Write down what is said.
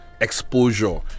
exposure